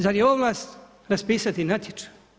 Zar je ovlast raspisati natječaj?